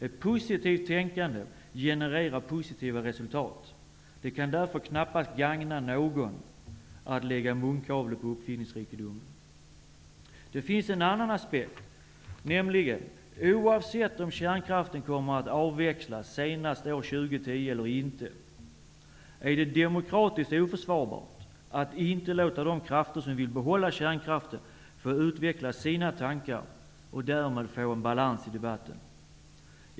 Ett positivt tänkande genererar positiva resultat! Det kan därför knappast gagna någon att munkavle läggs på uppfinningsrikedomen. Sedan finns det en annan aspekt. Oavsett om kärnkraften avvecklas senast år 2010 eller inte är det nämligen demokratiskt oförsvarbart att inte låta de krafter som vill behålla kärnkraften få utveckla sina tankar och därmed skapa en balans i debatten.